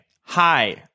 hi